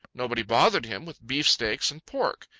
nobody bothered him with beefsteaks and pork.